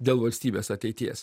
dėl valstybės ateities